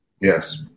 Yes